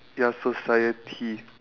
ya society